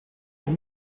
vous